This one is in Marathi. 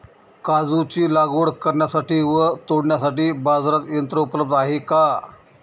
काजूची लागवड करण्यासाठी व तोडण्यासाठी बाजारात यंत्र उपलब्ध आहे का?